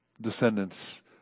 descendants